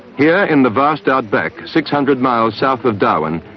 yeah in the vast outback, six hundred miles south of darwin,